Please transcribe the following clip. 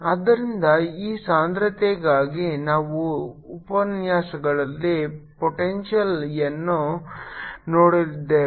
ಆದ್ದರಿಂದ ಈ ಸಾಂದ್ರತೆಗಾಗಿ ನಾವು ಉಪನ್ಯಾಸಗಳಲ್ಲಿ ಪೊಟೆಂಶಿಯಲ್ಯನ್ನು ನೋಡಿದ್ದೇವೆ